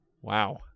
Wow